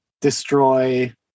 destroy